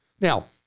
Now